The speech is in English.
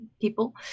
people